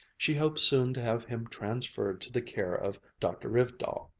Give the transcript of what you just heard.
she hoped soon to have him transferred to the care of dr. rivedal.